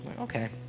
Okay